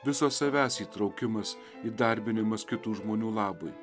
viso savęs įtraukimas įdarbinimas kitų žmonių labui